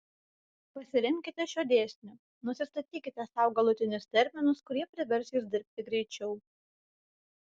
pasiremkite šiuo dėsniu nusistatykite sau galutinius terminus kurie privers jus dirbti greičiau